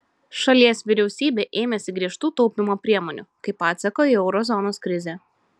šalies vyriausybė ėmėsi griežtų taupymo priemonių kaip atsako į euro zonos krizę